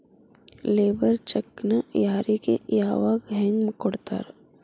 Labour ಚೆಕ್ಕ್ನ್ ಯಾರಿಗೆ ಯಾವಗ ಹೆಂಗ್ ಕೊಡ್ತಾರ?